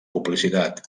publicitat